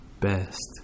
best